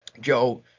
Joe